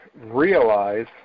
realize